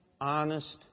honest